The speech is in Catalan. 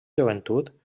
joventut